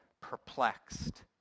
perplexed